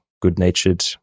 good-natured